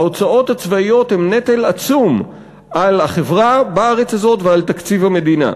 ההוצאות הצבאיות הן נטל עצום על החברה בארץ הזאת ועל תקציב המדינה.